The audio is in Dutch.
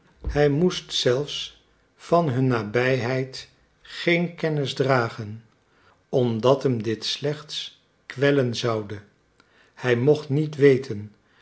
hij moest zelfs van hun nabijheid geen kennis dragen omdat hem dit slechts kwellen zoude hij mocht niet weten